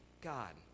God